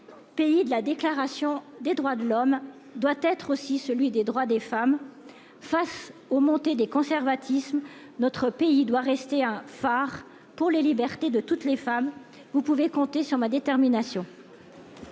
pays de la Déclaration des droits de l'homme, doit être aussi celui des droits des femmes. Face aux montées des conservatismes, notre pays doit rester un phare pour les libertés de toutes les femmes. Vous pouvez compter sur ma détermination.